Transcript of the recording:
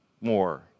more